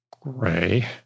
gray